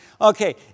Okay